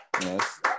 Yes